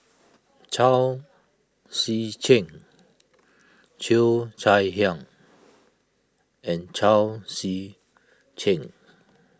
Chao Tzee Cheng Cheo Chai Hiang and Chao Tzee Cheng